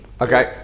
okay